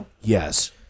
Yes